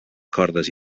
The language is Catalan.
cordes